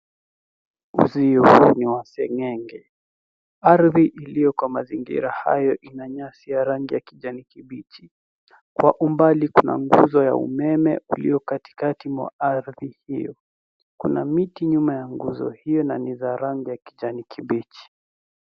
Uzio huu ni wa seng'eng'e. Ardhi iliyo kwa mazingira hayo ina nyasi ya rangi ya kijani kibichi. Kwa umbali kuna nguzo ya umeme, ulio katikati mwa ardhi hio. Kuna miti nyuma ya nguzo hio, na ni za rangi ya kijani kibichi.